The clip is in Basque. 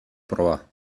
proba